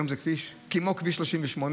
היום זה כביש כמו כביש 38,